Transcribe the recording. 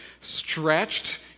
stretched